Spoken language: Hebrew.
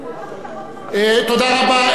שר הביטחון, תודה רבה.